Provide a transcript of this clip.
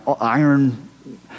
iron